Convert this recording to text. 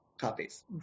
copies